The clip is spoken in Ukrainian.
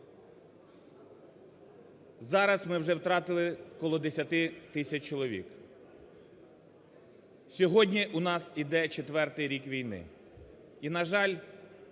Зараз ми вже втратили біля 10 тисяч чоловік. Сьогодні у нас йде четвертий рік війни. І, на жаль,